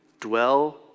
dwell